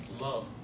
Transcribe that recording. Love